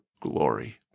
glory